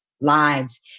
lives